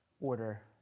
order